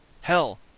Hell